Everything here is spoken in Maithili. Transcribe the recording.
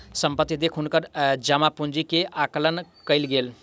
संपत्ति देख हुनकर जमा पूंजी के आकलन कयल गेलैन